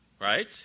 Right